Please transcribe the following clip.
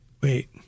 Wait